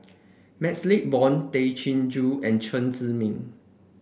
MaxLe Blond Tay Chin Joo and Chen Zhiming